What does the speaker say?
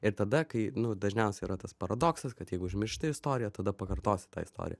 ir tada kai nu dažniausiai yra tas paradoksas kad jeigu užmiršti istoriją tada pakartosi tą istoriją